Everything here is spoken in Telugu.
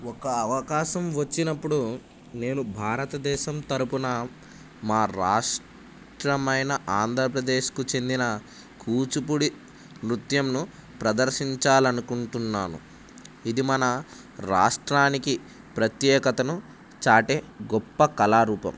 ఒక అవకాశం వచ్చినప్పుడు నేను భారతదేశం తరపున మా రాష్ట్రమైన ఆంధ్రప్రదేశ్కు చెందిన కూచిపూడి నృత్యంను ప్రదర్శించాలనుకుంటున్నాను ఇది మన రాష్ట్రానికి ప్రత్యేకతను చాటే గొప్ప కళారూపం